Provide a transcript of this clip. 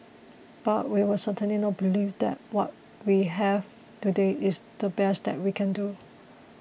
but we will certainly not believe that what we have today is the best that we can do